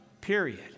period